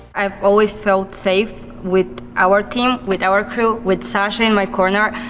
i've always felt safe with our team, with our crew, with sacha in my corner.